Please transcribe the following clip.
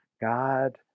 God